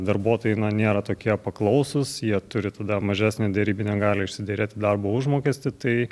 darbuotojai nėra tokie paklausūs jie turi tada mažesnę derybinę galią išsiderėti darbo užmokestį tai